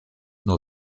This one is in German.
nur